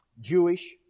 Jewish